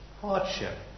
hardship